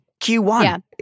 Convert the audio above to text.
Q1